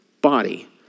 body